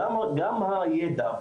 גם הידע,